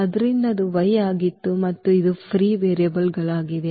ಆದ್ದರಿಂದ ಅದು y ಆಗಿತ್ತು ಮತ್ತು ಇದು ಫ್ರೀ ವೇರಿಯೇಬಲ್ಗಳಾಗಿವೆ